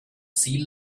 sea